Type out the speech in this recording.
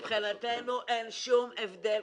מבחינתנו אין שום הבדל,